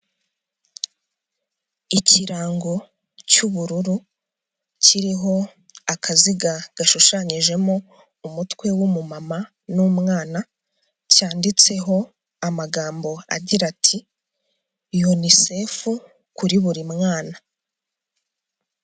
Ikirango cy'ubururu kiriho akaziga gashushanyijemo umutwe w'umumama n'umwana, cyanditseho amagambo agira ati: "UNICEF kuri buri mwana".